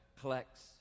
collects